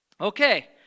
Okay